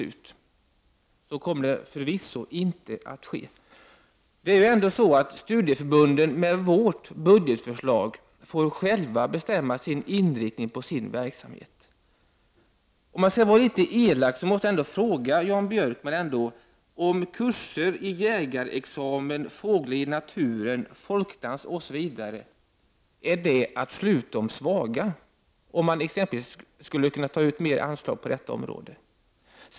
Men detta kommer förvisso inte att ske. Om moderaternas budgetförslag antogs, skulle studieförbunden själva få bestämma inriktningen för den verksamhet som de bedriver. Jag måste vara litet elak och fråga Jan Björkman: Skulle de svaga i samhället slås ut om anslagen utökades exempelvis när det gäller kurser ingående i jägarexamen eller kurser rörande fåglar i naturen eller folkdans?